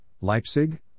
Leipzig